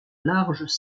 larges